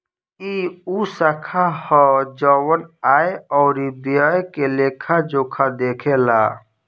ई उ शाखा ह जवन आय अउरी व्यय के लेखा जोखा देखेला